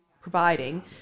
providing